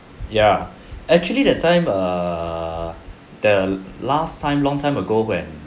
ya actually that time err the last time long time ago when